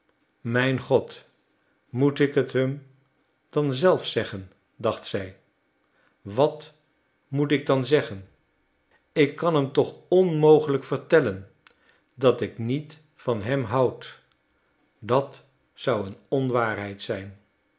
mijn god moet ik het hem dan zelf zeggen dacht zij wat moet ik dan zeggen ik kan hem toch onmogelijk vertellen dat ik niet van hem houd dat zou een onwaarheid zijn